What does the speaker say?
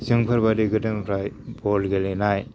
जोंफोरबादि गोदोनिफ्राय बल गेलेनाय